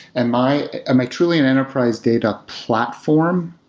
am i am i truly an enterprise data platform?